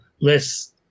less